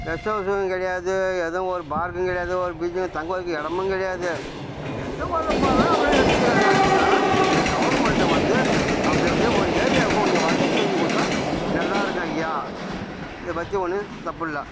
guest ஹவுஸூம் கிடையாது எதுவும் ஒரு பார்க்கும் கிடையாது ஒரு பீச்சு தங்க வைக்க இடமும் கிடையாது அங்கங்கே ஒரு பறவை அப்படியே எடுத்துக்கிறாங்க இதை ஆனால் இந்த கவர்மெண்ட்டு வந்து அப்படி அப்படியே ஒரு ஏரியாவுக்கும் கொஞ்சம் வசதி செஞ்சு கொடுத்தா நல்லாயிருக்கும் ஐயா இது பற்றி ஒன்றும் தப்பில்லை